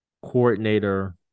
coordinator